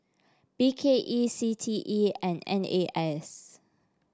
B K E C T E and N A S